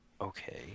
okay